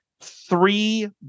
three